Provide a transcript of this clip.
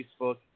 Facebook